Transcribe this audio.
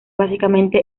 básicamente